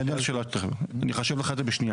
אני אענה על השאלה תכף, אני אחשב לך את זה בשנייה.